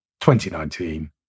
2019